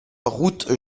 route